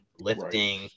lifting